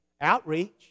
Outreach